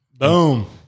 Boom